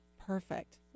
Perfect